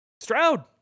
Stroud